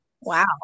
Wow